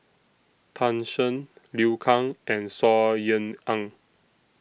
Tan Shen Liu Kang and Saw Ean Ang